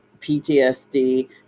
PTSD